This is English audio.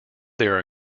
their